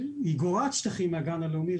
היא גורעת שטחים מהגן הלאומי,